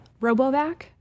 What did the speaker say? RoboVac